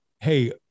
Hey